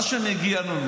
מה שמגיע לנו,